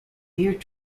veered